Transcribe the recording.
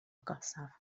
agosaf